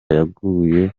yaguye